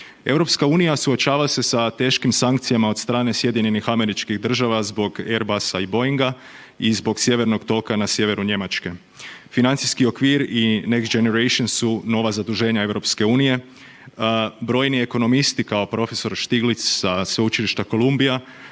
EU suočava se sa teškim sankcijama od strane SAD-a zbog Erbasa i Boinga i zbog sjevernog toka na sjeveru Njemačke. Financijski okvir i Next Generation su nova zaduženja EU, brojni ekonomisti kao profesor Štiglić sa sveučilišta Kolumbija